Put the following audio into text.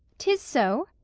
tis so.